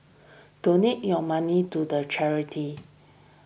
donate your money to the charity